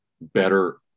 Better